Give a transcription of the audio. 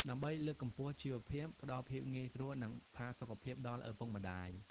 ដើម្បីលើកកម្ពស់ជីវភាព ផ្ដល់ភាពងាយស្រួល និងផាសុកភាពដល់ឪពុកម្ដាយ។